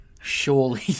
surely